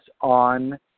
on